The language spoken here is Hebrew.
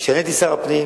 כשאני הייתי שר הפנים,